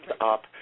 up